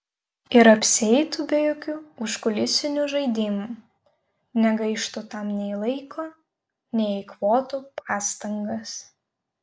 ir apsieitų be jokių užkulisinių žaidimų negaištų tam nei laiko nei eikvotų pastangas